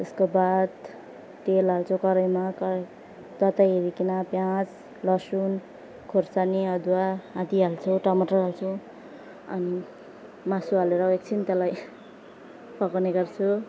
त्यसको बाद तेल हाल्छौँ कराहीमा कराही तताइवरीकन प्याज लसुन खुर्सानी अदुवा आदि हाल्छौँ टमाटर हाल्छौँ अनि मासु हालेर एकछिन त्यसलाई पकाउने गर्छु